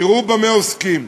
תראו במה עוסקים,